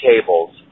cables